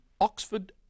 Oxford